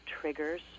triggers